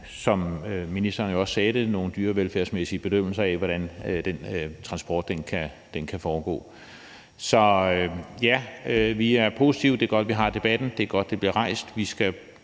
som ministeren også sagde det, dyrevelfærdsmæssige bedømmelser af, hvordan den transport kan foregå. Så vi er positive, det er godt, vi har debatten, det er godt, det bliver rejst, og vi skal